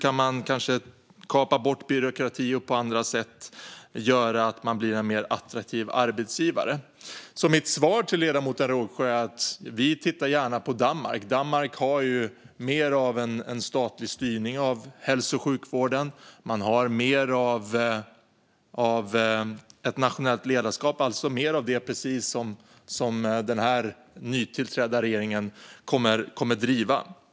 Kan man kanske kapa byråkrati och på andra sätt göra att man blir en mer attraktiv arbetsgivare? Mitt svar till ledamoten Rågsjö är att vi gärna tittar på Danmark. Danmark har mer av statlig styrning av hälso och sjukvården. Man har mer av nationellt ledarskap, alltså precis det som den här nytillträdda regeringen kommer att driva.